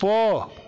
போ